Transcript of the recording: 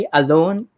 alone